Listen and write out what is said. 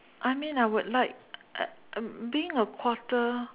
I mean I would like um being a quarter